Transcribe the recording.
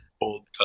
old